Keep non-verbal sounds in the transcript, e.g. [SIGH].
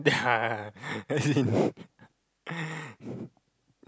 yeah [LAUGHS] as in [LAUGHS]